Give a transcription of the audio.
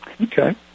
Okay